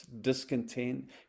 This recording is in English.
discontent